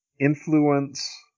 influence